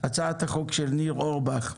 של חה"כ ניר אורבך,